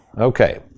Okay